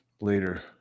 Later